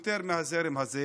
יותר מהזרם הזה.